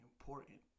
important